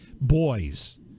boys